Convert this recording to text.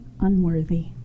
unworthy